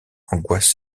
angoisse